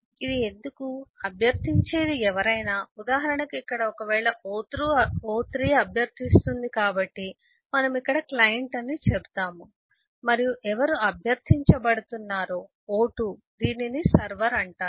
ఇది ఎందుకు అభ్యర్థించేది ఎవరైనా ఉదాహరణకు ఇక్కడ ఒకవేళ O3 అభ్యర్థిస్తుంది కాబట్టి మనము ఇక్కడ క్లయింట్ అని చెబుతాము మరియు ఎవరు అభ్యర్థించబడుతున్నారో O2 దీనిని సర్వర్ అంటారు